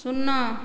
ଶୂନ